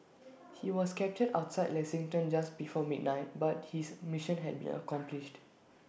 he was captured outside Lexington just before midnight but his mission had been accomplished